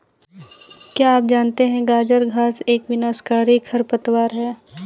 क्या आप जानते है गाजर घास एक विनाशकारी खरपतवार है?